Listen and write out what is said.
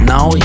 Now